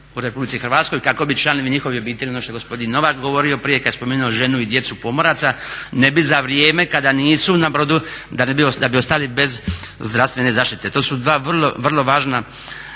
u RH kako bi članovi njihovih obitelji, ono što je gospodin Novak govorio prije kad je spomenuo ženu i djecu pomoraca ne bi za vrijeme kada nisu na brodu da bi ostali bez zdravstvene zaštite. To su dva vrlo važna